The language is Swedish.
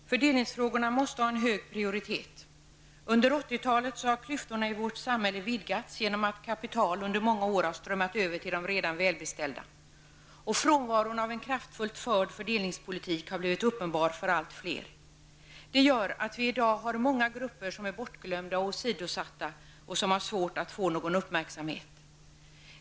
Herr talman! Fördelningsfrågorna måste ha en hög prioritet. Under 80-talet har klyftorna i vårt samhälle vidgats på grund av att kapital under många år har strömmat över till de redan välbeställda. Frånvaron av en kraftfullt förd fördelningspolitik har blivit uppenbar för allt fler. Det gör att vi i dag har många grupper som är bortglömda och åsidosatta och som har svårt att få uppmärksamhet.